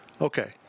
Okay